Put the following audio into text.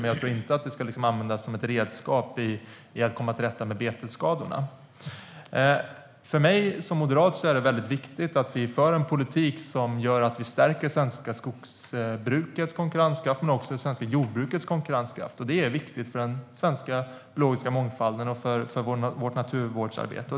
Men jag tror inte att det ska användas som ett redskap i att komma till rätta med betesskadorna. För mig som moderat är det väldigt viktigt att vi för en politik som gör att vi stärker det svenska skogsbrukets konkurrenskraft men också det svenska jordbrukets konkurrenskraft. Det är viktigt för den svenska biologiska mångfalden och vårt naturvårdsarbete.